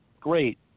Great